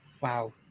wow